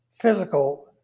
physical